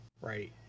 right